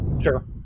Sure